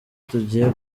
tugiye